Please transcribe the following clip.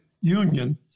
Union